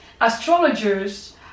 astrologers